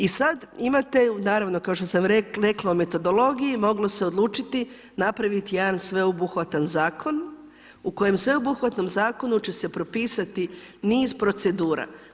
I sad imate, naravno kao što sam rekla o metodologiji, moglo se odlučiti napraviti jedan sveobuhvatan zakon u kojem sveobuhvatnom zakonu će se propisati niz procedura.